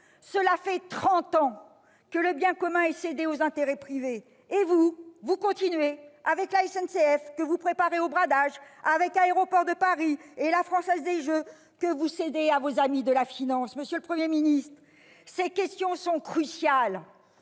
Cela fait trente ans que le bien commun est cédé aux intérêts privés ! Et vous, vous continuez, avec la SNCF, dont vous préparez le bradage, avec Aéroports de Paris et la Française des jeux, que vous cédez à vos amis de la finance ... Monsieur le Premier ministre, ces questions sont cruciales,